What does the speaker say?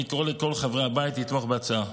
אני קורא לכל חברי הבית לתמוך בהצעה,